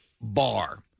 bar